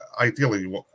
ideally